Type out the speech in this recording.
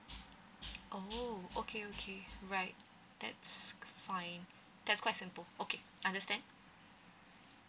oh okay okay right that's fine that's quite simple okay understand